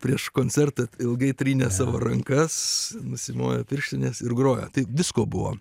prieš koncertą ilgai trynė savo rankas nusimovė pirštines ir grojo taip visko buvo